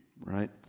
right